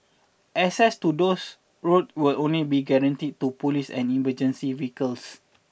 access to those road will only be granted to police and emergency vehicles